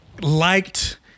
liked